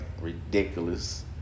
ridiculous